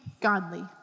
godly